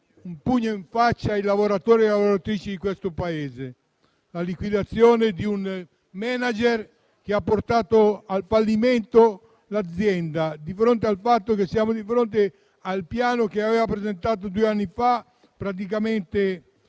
un pugno in faccia ai lavoratori e alle lavoratrici di questo Paese: la liquidazione di un *manager* che ha portato al fallimento l'azienda. Siamo di fronte al piano che aveva presentato due anni fa, che